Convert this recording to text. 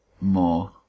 more